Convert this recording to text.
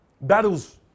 Battles